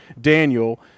Daniel